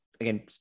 again